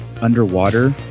underwater